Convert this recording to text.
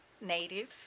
Native